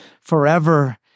forever